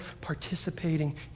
participating